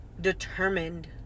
determined